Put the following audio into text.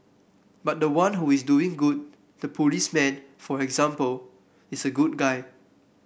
but the one who is doing good the policeman for example is a good guy